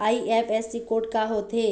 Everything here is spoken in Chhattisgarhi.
आई.एफ.एस.सी कोड का होथे?